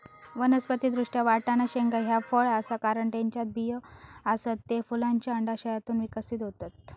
वनस्पति दृष्ट्या, वाटाणा शेंगा ह्या फळ आसा, कारण त्येच्यात बियो आसत, ते फुलांच्या अंडाशयातून विकसित होतत